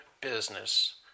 business